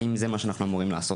האם זה מה שאנחנו אמורים לעשות,